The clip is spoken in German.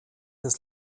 des